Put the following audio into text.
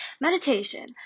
Meditation